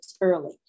early